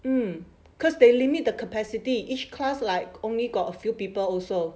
mm cause they limit the capacity each class like only got a few people also